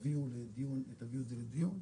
תביאו את זה לדיון,